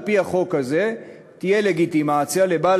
על-פי החוק הזה תהיה לגיטימציה לבעל